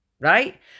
right